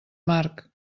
marc